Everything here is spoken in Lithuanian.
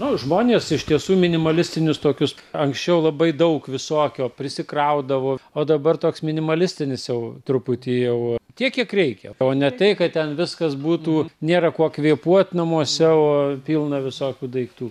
nu žmonės iš tiesų minimalistinius tokius anksčiau labai daug visokio prisikraudavo o dabar toks minimalistinis jau truputį jau tiek kiek reikia o ne tai kad ten viskas būtų nėra kuo kvėpuoti namuose o pilna visokių daiktų